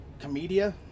Comedia